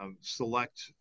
select